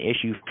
issue